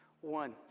One